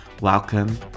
Welcome